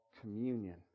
communion